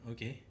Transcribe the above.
Okay